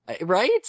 right